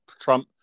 Trump